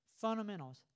fundamentals